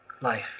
life